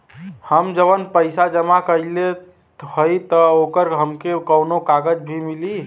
हम जवन पैसा जमा कइले हई त ओकर हमके कौनो कागज भी मिली?